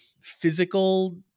physical